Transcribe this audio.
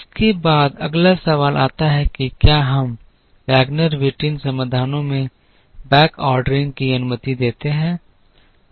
इसके बाद अगला सवाल आता है कि क्या हम वैगनर व्हिटिन समाधानों में बैकऑर्डरिंग की अनुमति देते हैं